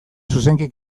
zuzenki